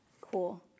Cool